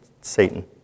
Satan